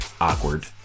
awkward